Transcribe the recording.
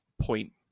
point